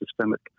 systemic